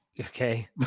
Okay